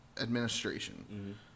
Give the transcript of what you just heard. administration